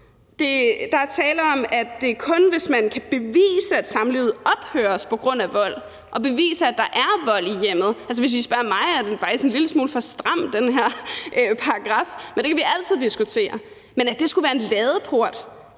Der er tale om, at det kun er, hvis man kan bevise, at samlivet ophører på grund af vold, og bevise, at der er vold i hjemmet. Altså, hvis I spørger mig, er den her paragraf faktisk en lille smule for stram, men det kan vi altid diskutere. Men at det skulle være en ladeport,